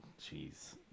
jeez